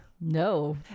no